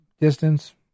distance